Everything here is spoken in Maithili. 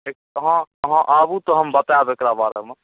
हँ अहाँ अहाँ आबू तऽ हम बताएब एकरा बारेमे